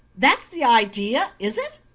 that's the idea, is it?